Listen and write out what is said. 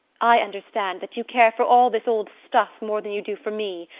i understand that you care for all this old stuff more than you do for me,